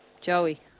Joey